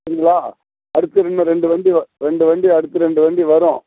சரிங்களா அடுத்து இன்னும் ரெண்டு வண்டி வ ரெண்டு வண்டி அடுத்து ரெண்டு வண்டி வரும்